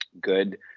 good